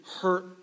hurt